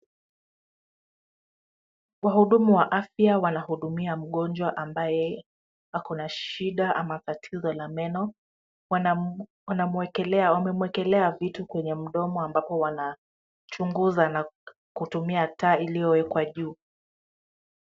Wahudumu wa afya wanahudumia mgonjwa ambaye ako na shida ama tatizo la meno. Wamemwekelea vitu kwenye mdomo ambapo wanachunguza kutumia taa iliyowekwa juu.